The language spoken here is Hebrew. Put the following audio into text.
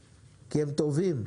אלא כי הם טובים.